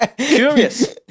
curious